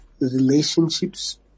relationships